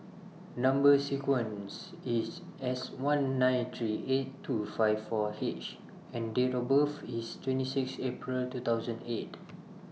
Number sequence IS S one nine three eight two five four H and Date of birth IS twenty six April two thousand and eight